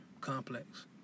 complex